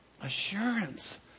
assurance